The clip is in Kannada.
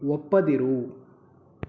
ಒಪ್ಪದಿರು